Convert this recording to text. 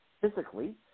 physically